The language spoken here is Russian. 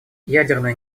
ядерное